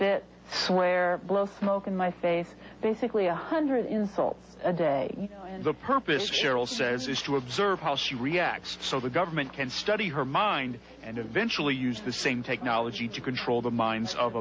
spit swear blow smoke in my face basically one hundred insults a day and the purpose cheryl says is to observe how she reacts so the government can study her mind and eventually use the same take knology to control the minds of